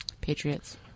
Patriots